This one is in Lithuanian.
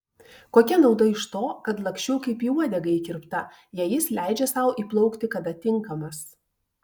kokia nauda iš to kad laksčiau kaip į uodegą įkirpta jei jis leidžia sau įplaukti kada tinkamas